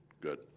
good